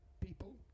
people